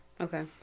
Okay